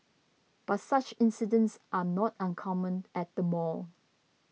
but such incidents are not uncommon at the mall